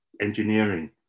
engineering